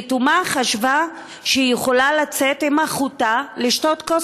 שלתומה חשבה שהיא יכולה לצאת עם אחותה לשתות כוס